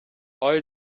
oil